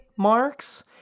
marks